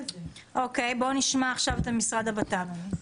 נשמע את משרד הבט"פ.